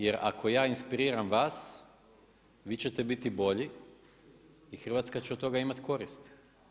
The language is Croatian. Jer ako ja inspiriram vas vi ćete biti bolji i Hrvatska će od toga imati koristi.